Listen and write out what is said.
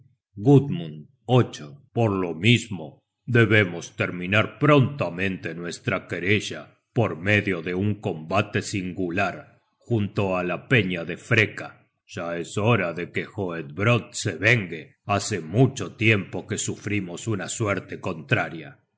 gudmund por lo mismo debemos terminar prontamente nuestra querella por medio de un combate singular junto á la peña de freka ya es hora de que hoedbrodd se vengue hace mucho tiempo que sufrimos una suerte contraria